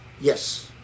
yes